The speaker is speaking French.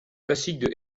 classiques